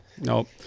Nope